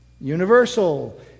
universal